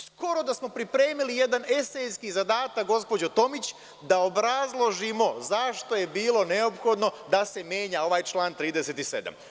Skoro da smo pripremili jedan esejski zadatak, gospođo Tomić, da obrazložimo zašto je bilo neophodno da se menja ovaj član 37.